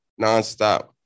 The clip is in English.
nonstop